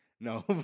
No